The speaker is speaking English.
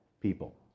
people